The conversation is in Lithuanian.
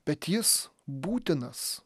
bet jis būtinas